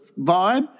vibe